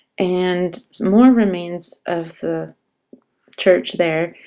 and more remains of the church there,